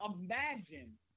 imagine